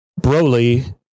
Broly